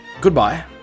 Goodbye